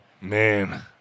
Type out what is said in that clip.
Man